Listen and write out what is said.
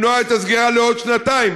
למנוע את הסגירה לעוד שנתיים.